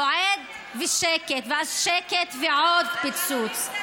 רועד ושקט, ואז שקט ועוד פיצוץ.